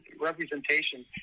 representation